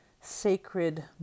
sacred